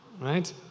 right